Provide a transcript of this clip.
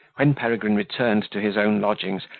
when peregrine returned to his own lodgings,